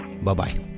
Bye-bye